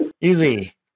Easy